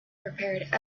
prepared